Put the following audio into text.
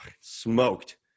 smoked